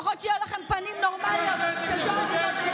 לפחות שיהיו לכם פנים נורמליות של טוהר מידות.